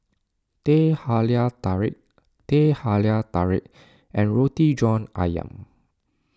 Teh Halia Tarik Teh Halia Tarik and Roti John Ayam